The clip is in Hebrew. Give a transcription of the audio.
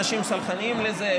אנשים סלחניים לזה,